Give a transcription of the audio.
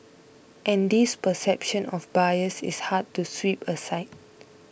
and this perception of bias is hard to sweep aside